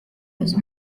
los